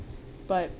but